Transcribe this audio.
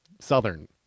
southern